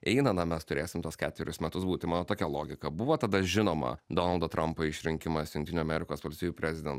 eina na mes turėsim tuos ketverius metus bū tai mano tokia logika buvo tada žinoma donaldo trampo išrinkimas jungtinių amerikos valstijų preziden